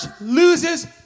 loses